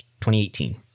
2018